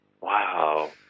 Wow